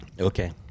Okay